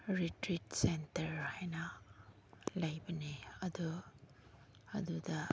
retreat centre ꯍꯥꯏꯅ ꯂꯩꯕꯅꯦ ꯑꯗꯨ ꯑꯗꯨꯗ